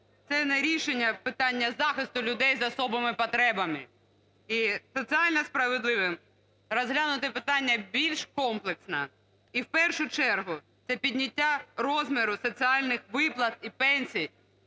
це не рішення питання захисту людей з особими потребами. І соціально справедливим розглянути питання більш комплексно і, в першу чергу, це підняття розміру соціальних виплат і пенсій